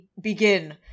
begin